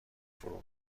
فرو